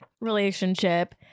relationship